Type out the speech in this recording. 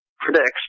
Predicts